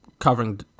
covering